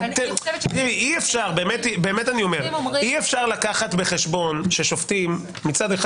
אבל אי-אפשר לקחת בחשבון ששופטים מצד אחד